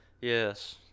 Yes